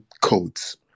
codes